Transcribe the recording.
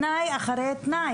תנאי אחרי תנאי.